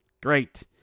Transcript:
Great